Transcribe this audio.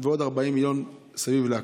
ועוד 40 מיליון סביב להכול.